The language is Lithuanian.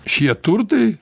šie turtai